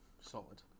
solid